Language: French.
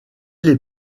les